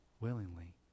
willingly